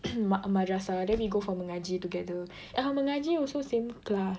madrasah then we go for mengaji together ya mengaji also same class